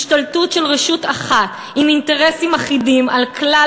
השתלטות של רשות אחת עם אינטרסים אחידים על כלל